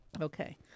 Okay